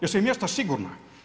Jesu im mjesta sigurna?